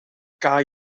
gau